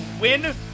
win